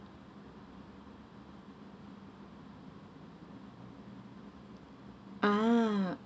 a'ah